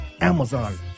Amazon